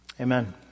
Amen